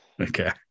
Okay